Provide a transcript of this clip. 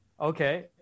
Okay